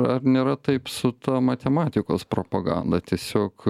ar nėra taip su ta matematikos propaganda tiesiog